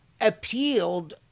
appealed